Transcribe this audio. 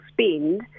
spend